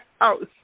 house